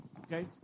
Okay